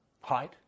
Height